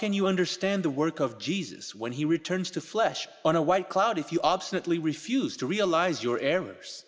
can you understand the work of jesus when he returns to flesh on a white cloud if you absolutely refuse to realize your errors